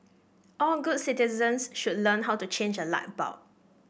all good citizens should learn how to change a light bulb